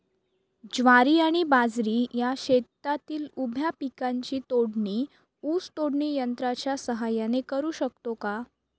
ज्वारी आणि बाजरी या शेतातील उभ्या पिकांची तोडणी ऊस तोडणी यंत्राच्या सहाय्याने करु शकतो का?